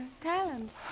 talents